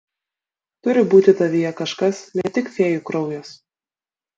turi būti tavyje kažkas ne tik fėjų kraujas